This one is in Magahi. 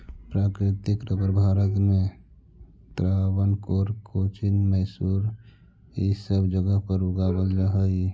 प्राकृतिक रबर भारत में त्रावणकोर, कोचीन, मैसूर इ सब जगह पर उगावल जा हई